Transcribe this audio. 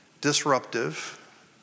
Disruptive